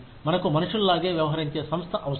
మనకు మనుషుల్లాగే వ్యవహరించే సంస్థ అవసరం